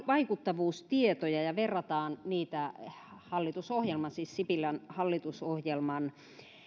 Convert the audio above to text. vaikuttavuustietoja ja verrataan niitä hallitusohjelman siis sipilän hallitusohjelman